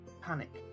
panic